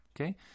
Okay